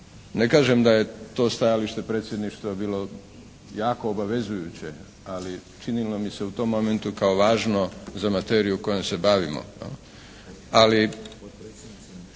Ne kažem da je to stajalište Predsjedništva bilo jako obavezujuće, ali činilo mi se u tom momentu kao važno za materiju kojom se bavimo,